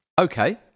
Okay